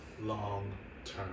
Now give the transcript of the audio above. long-term